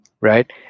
right